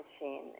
machine